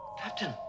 Captain